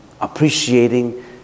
appreciating